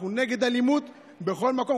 אנחנו נגד אלימות בכל מקום.